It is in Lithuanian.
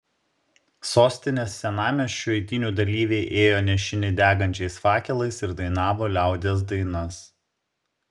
sostinės senamiesčiu eitynių dalyviai ėjo nešini degančiais fakelais ir dainavo liaudies dainas